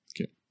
Okay